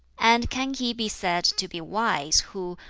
and can he be said to be wise who,